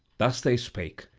thus they spake,